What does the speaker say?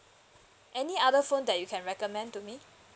any other phone that you can recommend to me